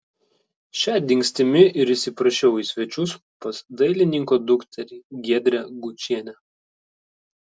šia dingstimi ir įsiprašiau į svečius pas dailininko dukterį giedrę gučienę